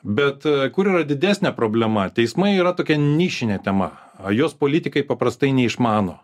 bet kur yra didesnė problema teismai yra tokia nišinė tema a jos politikai paprastai neišmano